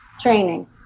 training